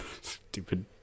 Stupid